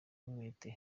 umwete